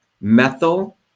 methyl